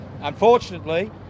Unfortunately